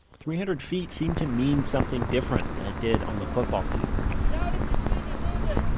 three hundred feet seemed to mean something different than it did on the football field shout if you see me moving!